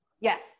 Yes